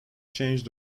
change